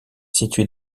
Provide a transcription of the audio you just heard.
située